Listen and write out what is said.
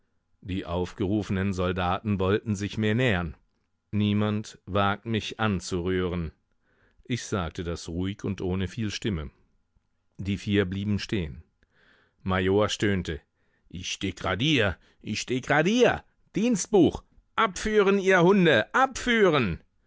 die aufgerufenen soldaten wollten sich mir nähern niemand wagt mich anzurühren ich sagte das ruhig und ohne viel stimme die vier blieben stehen major stöhnte ich degradier ich degradier dienstbuch abführen ihr hunde abführen